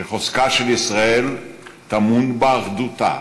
שחוזקה של ישראל טמון באחדותה,